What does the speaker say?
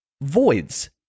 voids